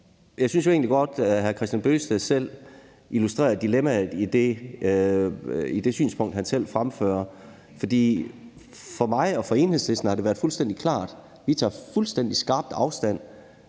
Jeg synes jo egentlig, at hr. Kristian Bøgsted selv illustrerer dilemmaet, når han fremfører det her synspunkt, fordi for mig og for Enhedslisten har det været fuldstændig klart, at vi tager skarpt afstand